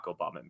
Obama